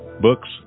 books